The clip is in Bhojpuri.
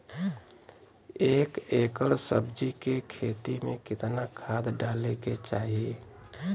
एक एकड़ सब्जी के खेती में कितना खाद डाले के चाही?